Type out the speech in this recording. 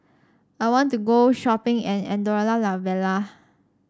I want to go shopping in Andorra La Vella